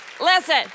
Listen